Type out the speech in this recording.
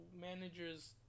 manager's